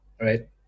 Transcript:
right